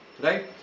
Right